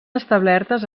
establertes